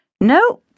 No